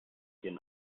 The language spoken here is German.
ihren